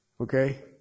Okay